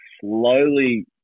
slowly